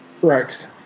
Correct